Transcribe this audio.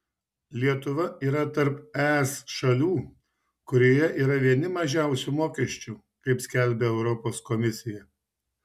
lietuva yra tarp es šalių kurioje yra vieni mažiausių mokesčių kaip skelbia europos komisija